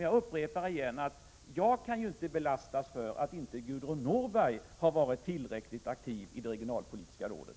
Jag upprepar igen att jag inte kan lastas för att Gudrun Norberg inte har varit tillräckligt aktiv i det regionalpolitiska rådet.